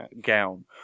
gown